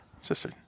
Sister